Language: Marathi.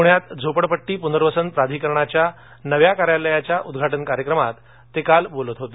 पुण्यात झोपडपट्टी पुनर्वसन प्राधिकरणाच्या नव्या कार्यालयाच्या उद्घाटन कार्यक्रमात ते काल बोलत होते